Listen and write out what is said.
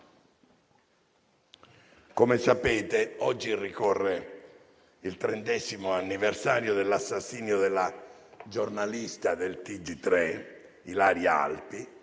come sapete, oggi ricorre il trentesimo anniversario dell'assassinio della giornalista del TG3 Ilaria Alpi